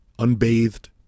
Unbathed